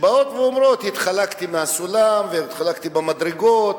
שבאות ואומרות: החלקתי מהסולם, החלקתי במדרגות,